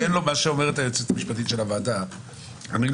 היועצת המשפטית של הוועדה אומרת שלא